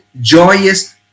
joyous